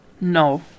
No